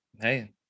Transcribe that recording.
hey